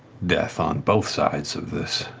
death on both sides of this,